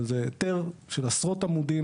זה היתר של עשרות עמודים.